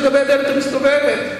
תיכף אני אענה לך לגבי הדלת המסתובבת.